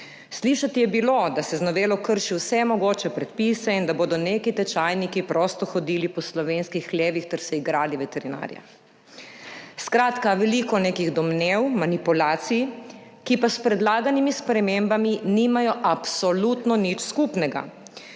Slišati je bilo, da se z novelo krši vse mogoče predpise in da bodo neki tečajniki prosto hodili po slovenskih hlevih ter se igrali veterinarja. Skratka, veliko nekih domnev, manipulacij, ki pa s predlaganimi spremembami nimajo absolutno nič skupnega,